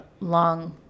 long